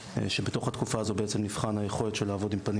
שבתוך התקופה הזו נבחן היכולת של לעבוד עם פנים